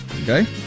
Okay